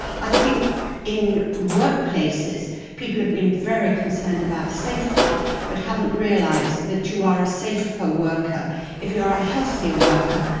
i think in workplaces people have been very concerned about safety but haven't realised that you are a safer worker if you are a healthier worker,